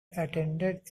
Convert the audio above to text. attended